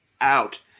out